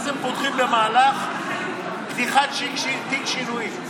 אז הם פותחים במהלך של פתיחת תיק שינויים.